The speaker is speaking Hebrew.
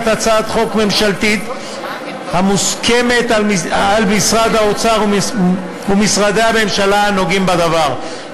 הצעת חוק ממשלתית המוסכמת על משרד האוצר ומשרדי הממשלה הנוגעים בדבר.